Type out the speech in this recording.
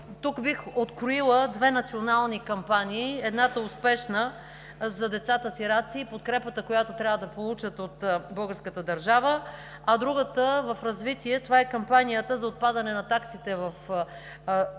Тук бих откроила две национални кампании, едната успешна – за децата сираци и подкрепата, която трябва да получат от българската държава, а другата – в развитие – това е кампанията за отпадане на таксите в детските